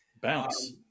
Bounce